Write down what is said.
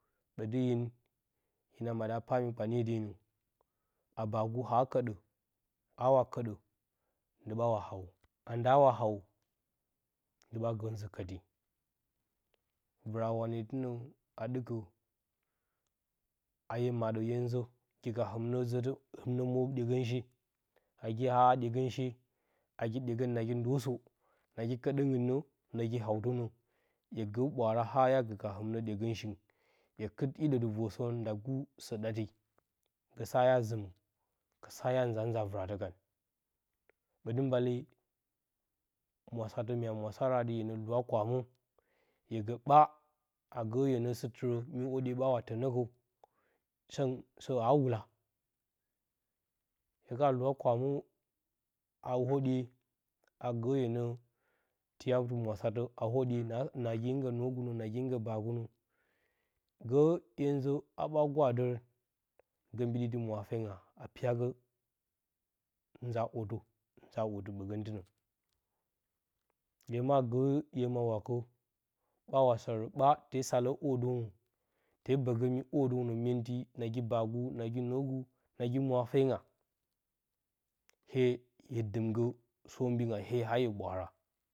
Bətɨ hin na maɗə paa mi kpanye denə, a baagu, akədi awa kəɗə ndɨ ɓawa hawo, a nda wahawo ndɨ ɓa gə nzə kəti vɨra-wanetɨnə, a ɗɨkə a hye maɗə hye nzə gi ka himnə zətə himnə mwo ɗyegənshe, agiahaa ɗyegənshe, agi ɗye gən nagi ndosə nagi kəɗəngɨnnə nagi hautə nə, hye gə ɓwaara ha hya gəka himnə dyegənshi ingɨn hye kɨt hiɗə dɨ vorsərən nda gu sə ɗatii gə sa hya zɨma sa hya nza nzaa vɨratə kan ɓədɨ mbaale mwasatə mya mwasara atɨ hyenə lɨwa kwamə hye gə ɓaa, a gə hyenə sɨtɨrə a mi hwoɗye ɓa wa tənə kəu səngɨn sə a wula, hye kana lɨwa kwamə a hwoɗye agə hyenə tiyatɨ mwa satə a hwoɗye nagi hɨn gə nuwogu nə nagi hɨngə baagunə gə hyenzə a ɓa gwaha ɗərən gə mbiɗtɨ mwafenga, a piyagə nza otə, nza otɨ ɓəgəntɨna hye ma gə hye ma waakə ɓa wa sarə ɓaa te salə hwadounə, te bəgə mi hwodownə myenti nagi baagu nagi nuwogu nagi mwafenga hye ‘ye dɨmga sobɨnga hye a hye ɓwaara.